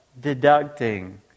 deducting